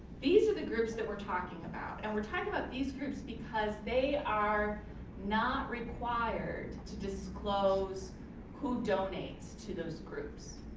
these are the groups that we're talking about and we're talking about these groups because they are not required to disclose who donates to those groups.